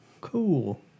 Cool